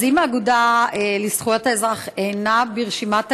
אז אם האגודה לזכויות האזרח אינה ברשימת הארגונים,